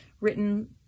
written